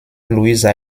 luisa